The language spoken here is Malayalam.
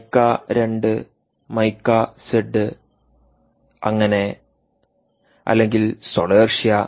മൈക്ക 2 മൈക്ക z അങ്ങനെ അല്ലെങ്കിൽ സോളേർഷൃ